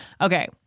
Okay